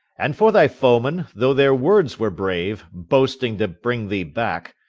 and for thy foemen, though their words were brave, boasting to bring thee back,